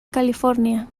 california